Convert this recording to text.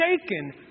shaken